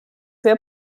sehr